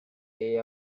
day